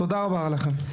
תודה רבה לכם.